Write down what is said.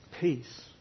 Peace